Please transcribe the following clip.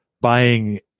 buying